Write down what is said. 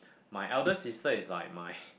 my elder sister is like my